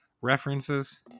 references